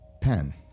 pen